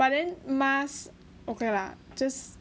but then mask okay lah just